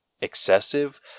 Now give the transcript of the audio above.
excessive